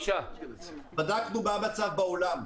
בדקנו מה המצב בעולם.